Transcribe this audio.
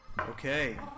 Okay